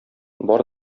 бар